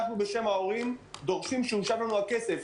אנחנו בשם ההורים דורשים שיוּשב לנו הכסף,